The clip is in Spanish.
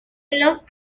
los